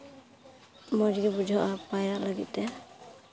ᱢᱚᱡᱽ ᱜᱮ ᱵᱩᱡᱷᱟᱹᱜᱼᱟ ᱯᱟᱭᱨᱟᱜ ᱞᱟᱹᱜᱤᱫ ᱛᱮ